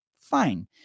Fine